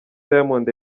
diamond